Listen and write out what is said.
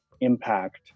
impact